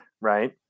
Right